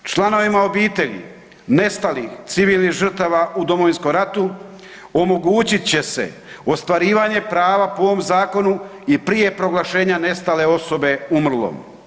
Članovima obitelji nestalih civilnih žrtava u Domovinskom ratu omogućit će se ostvarivanje prava po ovom zakonu i prije proglašenja nestale osobe umrlom.